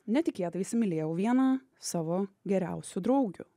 netikėtai įsimylėjau vieną savo geriausių draugių